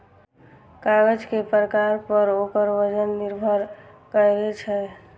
कागज के प्रकार पर ओकर वजन निर्भर करै छै